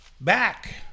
Back